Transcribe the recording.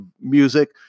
music